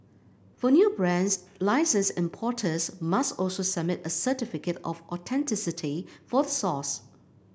for new brands licensed importers must also submit a certificate of authenticity for the source